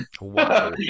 Wow